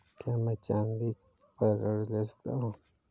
क्या मैं चाँदी पर ऋण ले सकता हूँ?